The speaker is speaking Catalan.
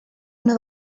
una